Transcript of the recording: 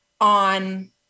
on